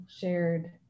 shared